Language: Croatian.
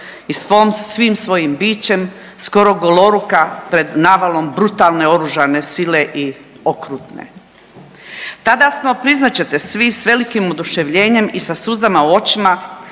i svim svojim bićem skoro goloruka pred navalom brutalne oružane sile i okrutne. Tada smo priznat ćete svi s velikim oduševljenjem i sa suzama u očima